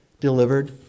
delivered